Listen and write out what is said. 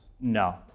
No